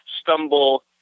stumble